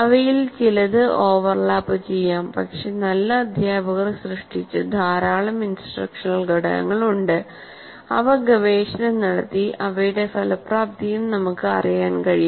അവയിൽ ചിലത് ഓവർലാപ്പുചെയ്യാം പക്ഷേ നല്ല അധ്യാപകർ സൃഷ്ടിച്ച ധാരാളം ഇൻസ്ട്രക്ഷണൽ ഘടകങ്ങൾ ഉണ്ട് അവ ഗവേഷണം നടത്തിഅവയുടെ ഫലപ്രാപ്തിയും നമുക്ക് അറിയാൻ കഴിയും